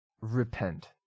Repent